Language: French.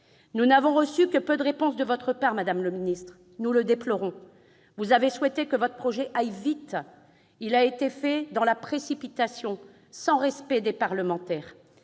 Nous n'avons reçu que peu de réponses de votre part, madame la ministre. Nous le déplorons ! Vous avez souhaité que votre projet aille vite : il a été fait dans la précipitation, sans respect des parlementaires.